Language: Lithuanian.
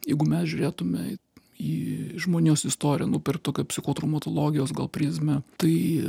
jeigu mes žiūrėtume į žmonijos istoriją nu per tokią psichotraumatologijos gal prizmę tai